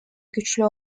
güçlü